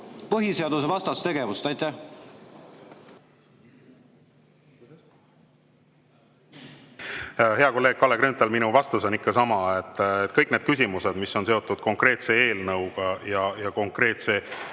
põhiseadusvastast tegevust. Hea kolleeg Kalle Grünthal! Minu vastus on ikka sama: kõigi nende küsimustega, mis on seotud konkreetse eelnõu ja konkreetse